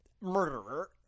Murderer